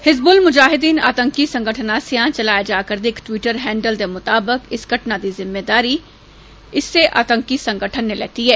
हिजबुल मुजाहिद्दीन आतंकी संगठन आस्सेआ चलाए जारदे इक ट्वीटर हैंडल मुताबक इस घटना दी जिम्मेदारी लेती संगठन ने लेती ऐ